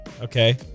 Okay